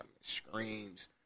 screams